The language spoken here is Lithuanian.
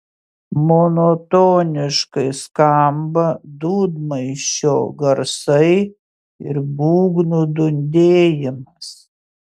monotoniškai skamba dūdmaišio garsai ir būgnų dundėjimas